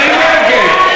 מי נגד?